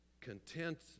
content